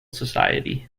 society